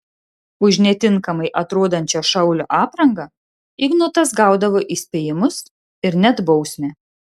už netinkamai atrodančią šaulio aprangą ignotas gaudavo įspėjimus ir net bausmę